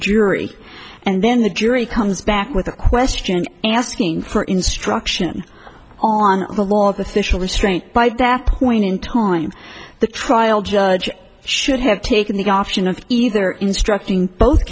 jury and then the jury comes back with a question asking for instruction on the law the fischel restraint by that point in time the trial judge should have taken the option of either instructing both